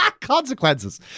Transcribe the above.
Consequences